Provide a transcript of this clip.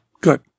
good